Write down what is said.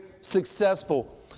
successful